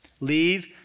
Leave